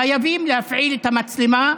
השוטרים חייבים להפעיל את המצלמה,